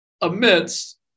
amidst